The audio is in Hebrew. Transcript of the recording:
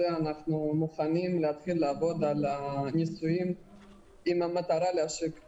אנחנו מוכנים להתחיל לעבוד על הניסויים במטרה להשיק שירות.